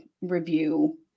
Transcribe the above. review